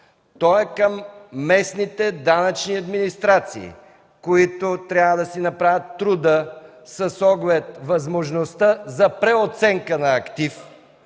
той е към местните данъчни администрации, които трябва да си направят труда с оглед възможността за преоценка на актив,